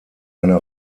eine